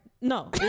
no